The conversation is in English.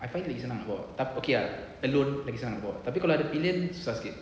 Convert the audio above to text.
I find it senang nak bawa okay ah alone lagi senang nak bawa tapi kalau ada pillion susah sikit